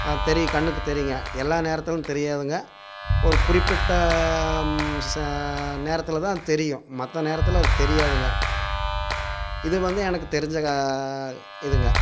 அதுத் தெரியும் கண்ணுக்குத் தெரியும்ங்க எல்லா நேரத்துலேயும் தெரியாதுங்க ஒரு குறிப்பிட்ட நேரத்தில் தான் தெரியும் மற்ற நேரத்தில் அது தெரியாதுங்க இது வந்து எனக்கு தெரிஞ்ச இதுங்க